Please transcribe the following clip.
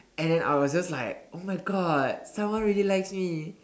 and then I was just like oh my God someone really likes me